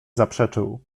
zaprzeczył